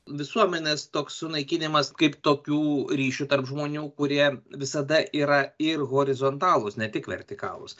visuomenės toks sunaikinimas kaip tokių ryšių tarp žmonių kurie visada yra ir horizontalūs ne tik vertikalūs